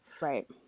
right